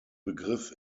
begriff